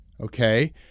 Okay